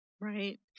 Right